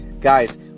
Guys